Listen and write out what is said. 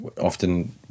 Often